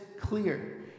clear